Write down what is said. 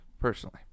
personally